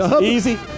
easy